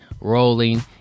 rolling